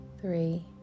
three